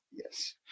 yes